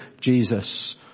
Jesus